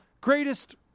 Greatest